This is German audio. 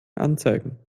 anzeigen